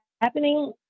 happening